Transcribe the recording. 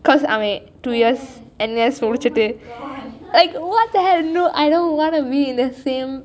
cause அவன்:avan N_S முடிச்சுட்டு:mudichuthu like what the hell no I don't wanna be in the same